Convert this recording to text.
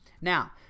Now